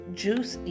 juice